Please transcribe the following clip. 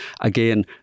again